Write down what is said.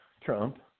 Trump